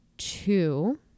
Two